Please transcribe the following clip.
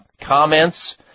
comments